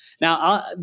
Now